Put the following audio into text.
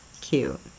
Cute